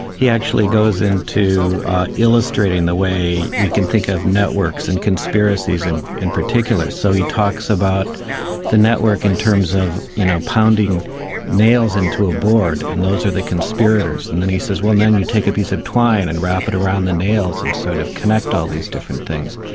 he actually goes in to illustrating the way we can think of networks and conspiracies in in particular. so he talks about the network in terms of you know pounding nails into a board, and those are the conspirators. and then he says, well then you take a piece of t win and wrap it around the nails and sort of connect all these different things.